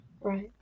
right